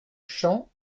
champ